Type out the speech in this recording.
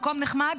מקום נכבד,